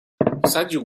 wsadził